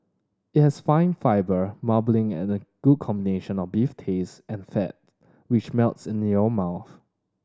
it has fine fibre marbling and a good combination of beef taste and fat which melts in your mouth